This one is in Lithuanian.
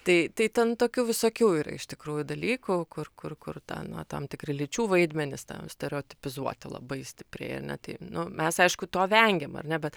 tai tai ten tokių visokių yra iš tikrųjų dalykų kur kur kur ta nu tam tikri lyčių vaidmenys ten stereotipizuoti labai stipriai ar ne tai nu mes aišku to vengėm ar ne bet